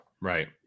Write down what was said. Right